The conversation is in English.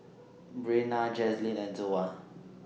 Breanna Jazlyn and Zoa